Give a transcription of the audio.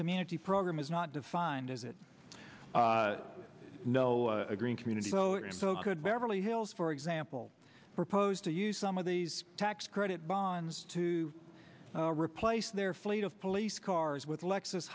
community program is not defined as it no a green community vote and so could beverly hills for example proposed to use some of these tax credit bonds to replace their fleet of police cars with lex